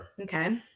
Okay